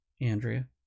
Andrea